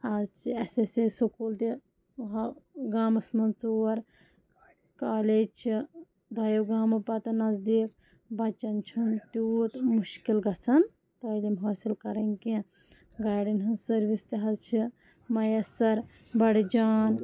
اَز چھِ S S A school تہِ ہۄ گامَس منٛز ژور کالج چھِ دۄیو گامو پَتہٕ نذدیٖک بَچَن چھُنہٕ تیوٗت مُشکل گژھان تعلیٖم حٲصِل کَرٕنۍ کینٛہہ گاڑٮ۪ن ہٕنٛز سٔروِس تہِ حظ چھِ مَیَسر بڑٕ جان